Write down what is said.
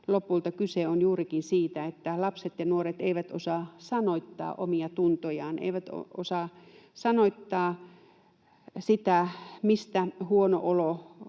lopulta kyse on juurikin siitä, että lapset ja nuoret eivät osaa sanoittaa omia tuntojaan, eivät osaa sanoittaa sitä, mistä huono olo